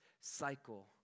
cycle